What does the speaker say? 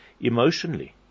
emotionally